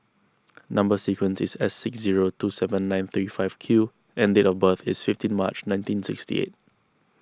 Number Sequence is S six zero two seven nine three five Q and date of birth is fifteen March nineteen sixty eight